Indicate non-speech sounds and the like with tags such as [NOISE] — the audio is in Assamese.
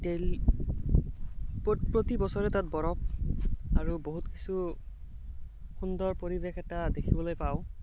[UNINTELLIGIBLE] প্ৰতি বছৰে তাত বৰফ আৰু বহুত কিছু সুন্দৰ পৰিৱেশ এটা দেখিবলৈ পাওঁ